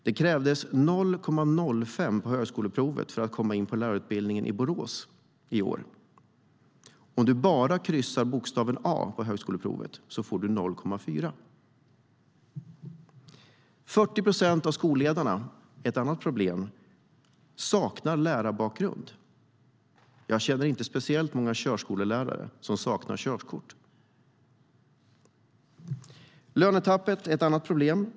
Det krävdes 0,05 på högskoleprovet för att komma in på lärarutbildningen i Borås i år. Om du bara kryssar bokstaven A på högskoleprovet får du 0,4.Lönetappet är ett annat problem.